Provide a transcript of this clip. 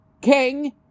king